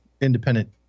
independent